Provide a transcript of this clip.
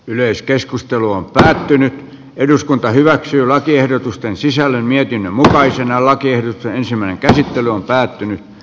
yleiskeskustelu on päättynyt eduskunta hyväksyy lakiehdotusten sisällön mietin voisi olla kielteisemmän käsittely on voimaantulosäännöstä